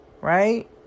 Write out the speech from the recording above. right